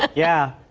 ah yeah,